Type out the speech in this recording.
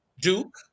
Duke